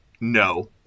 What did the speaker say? no